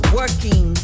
working